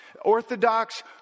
Orthodox